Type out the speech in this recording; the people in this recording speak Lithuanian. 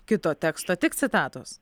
kito teksto tik citatos